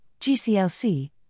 GCLC